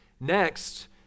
Next